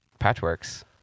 patchworks